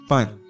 Fine